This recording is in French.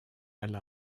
alla